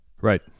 Right